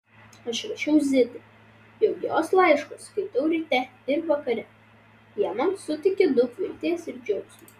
aš rašiau zitai jog jos laiškus skaitau ryte ir vakare jie man suteikia daug vilties ir džiaugsmo